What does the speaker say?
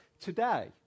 today